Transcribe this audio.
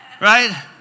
Right